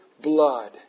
blood